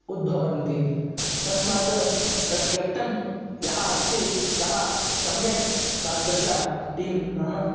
उद्भवन्ति तस्मात् तत् केप्टन् यः अस्ति सः सम्यक् तादृशीं टीं नाम